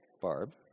Barb